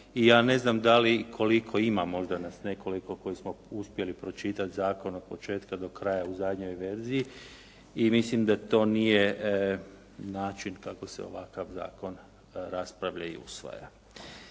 i ja ne znam da li i koliko ima, možda nas nekoliko koji smo uspjeli pročitati zakon od početka do kraja u zadnjoj verziji i mislim da to nije način kako se ovakav zakon raspravlja i usvaja.